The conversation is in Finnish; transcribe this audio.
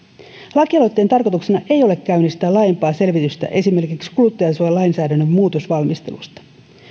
lakialoitteen tarkoituksena ei ole käynnistää laajempaa selvitystä esimerkiksi kuluttajansuojalainsäädännön muutosvalmistelusta